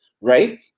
right